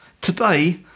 Today